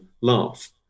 laugh